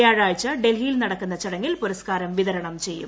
വ്യാഴാഴ്ച ഡൽഹിയിൽ നടക്കുന്ന ചടങ്ങിൽ പുരസ്കാരം വിതരണം ചെയ്യും